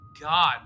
God